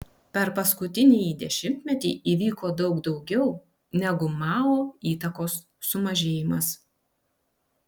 per paskutinįjį dešimtmetį įvyko daug daugiau negu mao įtakos sumažėjimas